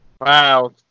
Wow